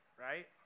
right